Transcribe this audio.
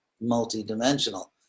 multi-dimensional